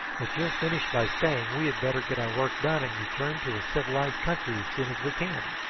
that you'll finish by saying we had better get our work done and return to a civilised country as soon as we can.